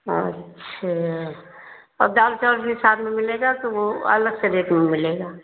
अच्छा और दाल चावल भी साथ में मिलेगा तो वह अलग से रेट में मिलेगा